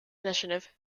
initiative